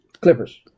Clippers